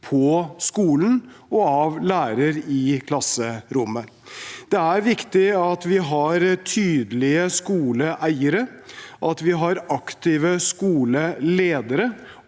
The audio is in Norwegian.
på skolen og av læreren i klasserommet. Det er viktig at vi har tydelige skoleeiere, at vi har aktive skoleledere,